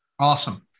awesome